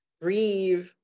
breathe